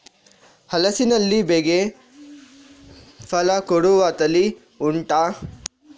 ಹಲಸಿನಲ್ಲಿ ಬೇಗ ಫಲ ಕೊಡುವ ತಳಿ ಉಂಟಾ